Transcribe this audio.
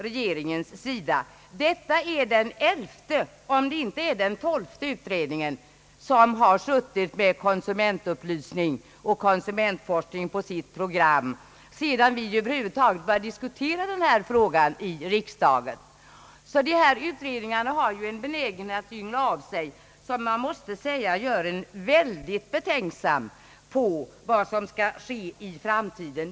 Detta är väl den elfte, om det inte är den tolfte utredningen som har haft konsumentupplysning och konsumentforskning på sitt program, sedan vi över huvud taget började diskutera den här frågan i riksdagen. Dessa utredningar har en benägenhet att yngla av sig, som väcker betänkligheter inför vad som skall ske i framtiden.